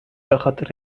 بخاطر